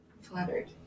Flattered